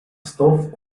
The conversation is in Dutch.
stof